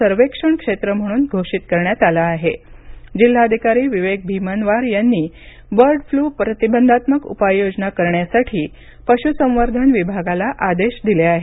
सर्वेक्षण क्षेत्र म्हणून घोषित करण्यात आले असून जिल्हाधिकारी विवेक भीमनवार यांनी बर्ड फ्लू प्रतिबंधात्मक उपाययोजना करण्यासाठी पशुसंवर्धन विभागाला आदेश दिले आहेत